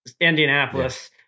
Indianapolis